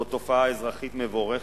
זאת תופעה אזרחית מבורכת,